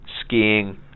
Skiing